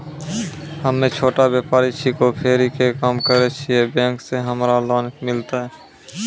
हम्मे छोटा व्यपारी छिकौं, फेरी के काम करे छियै, बैंक से हमरा लोन मिलतै?